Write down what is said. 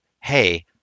hey